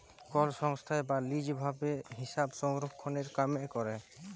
call সংস্থায় বা lease ভাবে হিসাবরক্ষলের কামে ক্যরে